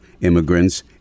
immigrants